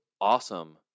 awesome